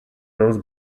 those